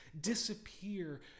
disappear